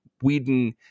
whedon